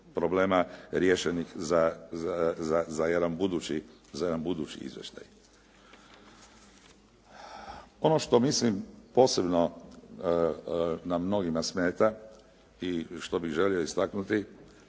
problema riješeni za jedan budući izvještaj. Ono što mislim posebno na mnogima smeta i što bih želio istaknuti,